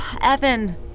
Evan